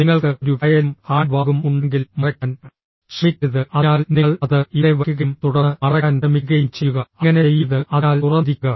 നിങ്ങൾക്ക് ഒരു ഫയലും ഹാൻഡ്ബാഗും ഉണ്ടെങ്കിൽ മറയ്ക്കാൻ ശ്രമിക്കരുത് അതിനാൽ നിങ്ങൾ അത് ഇവിടെ വയ്ക്കുകയും തുടർന്ന് മറയ്ക്കാൻ ശ്രമിക്കുകയും ചെയ്യുക അങ്ങനെ ചെയ്യരുത് അതിനാൽ തുറന്നിരിക്കുക